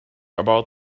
about